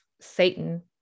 Satan